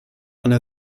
under